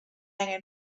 angen